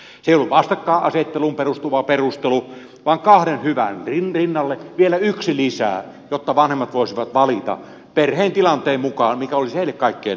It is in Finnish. se ei ollut vastakkainasetteluun perustuva perustelu vaan kahden hyvän rinnalle vielä yksi lisää jotta vanhemmat voisivat valita perheen tilanteen mukaan mikä olisi heille kaikkein sopivinta